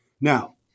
Now